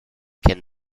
can